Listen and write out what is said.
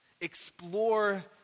Explore